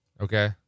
okay